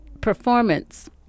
performance